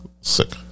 sick